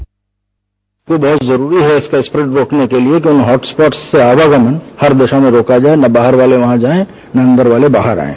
ं यह बहुत जरूरी है इसका स्प्रेड रोकने के लिये तो हॉट स्पॉट से आवागमन हर दिशा में रोका जाये न बाहर वाले वहां जाये न अन्दर वाले बाहर आये